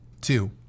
two